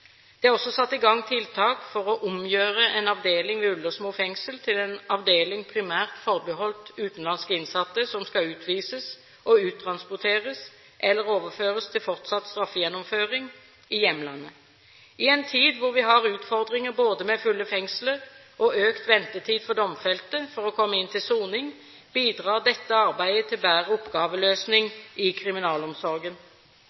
Det er også satt i gang tiltak for å omgjøre en avdeling ved Ullersmo fengsel til en avdeling primært forbeholdt utenlandske innsatte som skal utvises og uttransporteres, eller overføres til fortsatt straffegjennomføring i hjemlandet. I en tid hvor vi har utfordringer både med fulle fengsler og økt ventetid for domfelte for å komme inn til soning, bidrar dette arbeidet til bedre